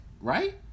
right